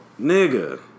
Nigga